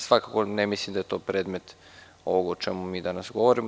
Svakako ne mislim da je to predmet ovog o čemu danas govorimo.